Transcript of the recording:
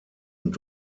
und